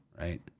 Right